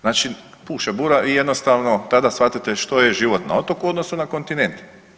Znači puše bura i jednostavno tada shvatite što je život na otoku u odnosu na kontinent.